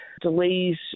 delays